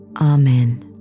Amen